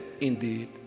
indeed